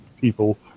people